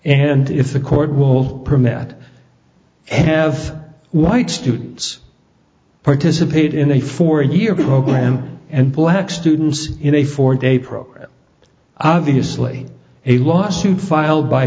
and if the court will permit and have white students participate in a four year program and black students in a four day program obviously a lawsuit filed by